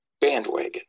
bandwagon